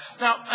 Now